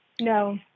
No